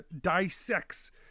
dissects